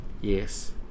Yes